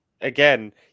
again